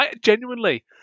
Genuinely